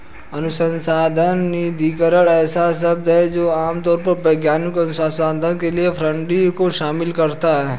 अनुसंधान निधिकरण ऐसा शब्द है जो आम तौर पर वैज्ञानिक अनुसंधान के लिए फंडिंग को शामिल करता है